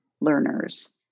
learners